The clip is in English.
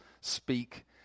speak